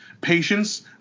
patience